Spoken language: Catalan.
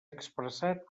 expressat